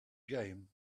game